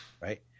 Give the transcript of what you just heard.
right